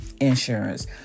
insurance